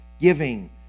Giving